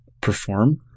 perform